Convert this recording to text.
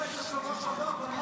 אני מזכיר לך שאמרת את זה בשבוע שעבר.